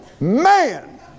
man